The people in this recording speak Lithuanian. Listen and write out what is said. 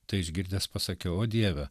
tai išgirdęs pasakiau o dieve